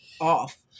off